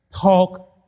Talk